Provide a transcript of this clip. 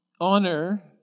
Honor